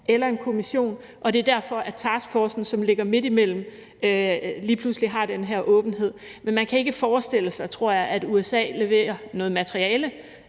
eller en kommission, så det er derfor, at taskforcen, som ligger midtimellem, lige pludselig har den her åbenhed. Men man kan ikke forestille sig, tror jeg, at USA leverer noget materiale,